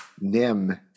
Nim